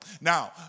Now